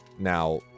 Now